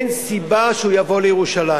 אין סיבה שהוא יבוא לירושלים,